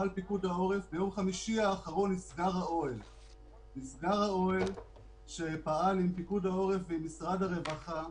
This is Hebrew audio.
מהממשלה הבאה - גם ידידי שהולך להיות שר הרווחה,